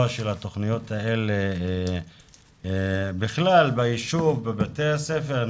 של התוכניות האלו בכלל ביישוב ובבתי הספר.